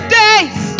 days